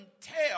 tell